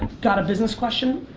got a business question?